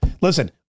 Listen